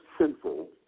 sinful